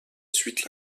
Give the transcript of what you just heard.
suite